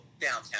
downtown